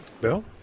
bill